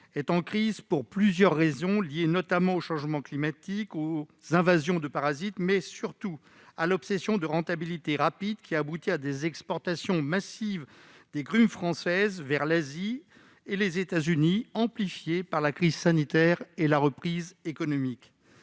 est en crise pour plusieurs raisons, liées notamment au changement climatique et aux invasions de parasites, mais surtout à l'obsession de la rentabilité rapide, qui a abouti à des exportations massives des grumes françaises vers l'Asie et les États-Unis. La crise sanitaire et la reprise économique